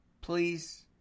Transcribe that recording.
Please